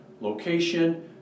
location